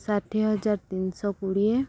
ଷାଠିଏ ହଜାର ତିନିଶହ କୋଡ଼ିଏ